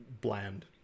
bland